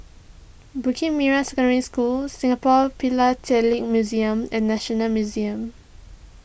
Bukit Merah Secondary School Singapore Philatelic Museum and National Museum